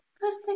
first